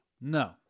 No